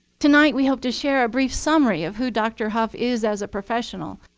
tonight we hope to share a brief summary of who dr. hough is as a professional.